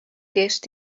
gest